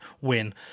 win